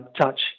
touch